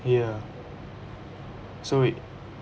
ya so it